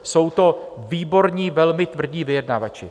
Jsou to výborní velmi tvrdí vyjednavači.